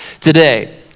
today